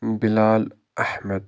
Bilal Ahmad